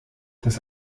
das